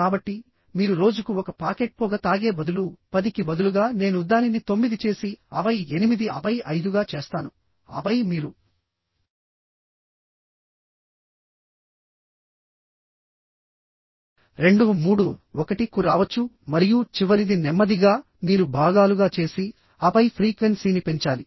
కాబట్టి మీరు రోజుకు ఒక పాకెట్ పొగ తాగే బదులు 10 కి బదులుగా నేను దానిని 9 చేసి ఆపై 8 ఆపై 5గా చేస్తాను ఆపై మీరు 2 3 1 కు రావచ్చు మరియు చివరిది నెమ్మదిగా మీరు భాగాలుగా చేసి ఆపై ఫ్రీక్వెన్సీని పెంచాలి